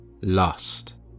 Lust